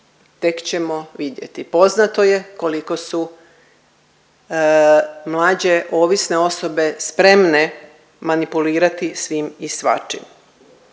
tek ćemo vidjeti. Poznato je koliko su mlađe ovisne osobe spremne manipulirati svim i svačim.